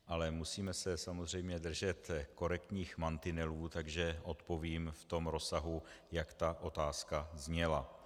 Ale musíme se samozřejmě držet korektních mantinelů, takže odpovím v rozsahu, jak ta otázka zněla.